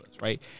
Right